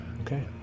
Okay